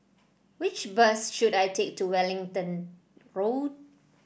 which bus should I take to Wellington Road